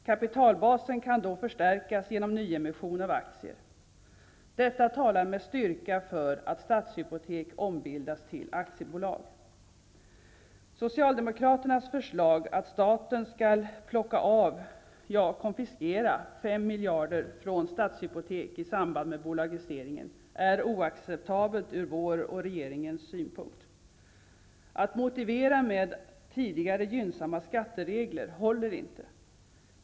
Kapitalbasen kan då förstärkas genom nyemission av aktier. Detta talar med styrka för att Socialdemokraternas förslag att staten skall plocka av -- konfiskera -- fem miljarder från Stadshypotek i samband med bolagiseringen är oacceptabelt ur vår och regeringens synpunkt. Att motivera med tidigare gynnsamma skatteregler håller inte.